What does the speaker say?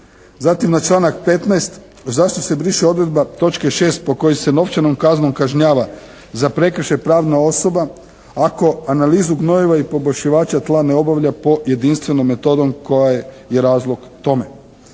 Zatim, na članak 15. zašto se briše odredba točke 6. po kojoj se novčanom kaznom kažnjava za prekršaj pravna osoba ako analizu gnojiva i poboljšivača tla ne obavlja po jedinstvenom metodom koja je razlog tome.